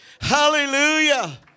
Hallelujah